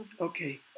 Okay